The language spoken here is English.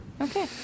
Okay